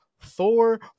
Thor